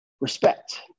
respect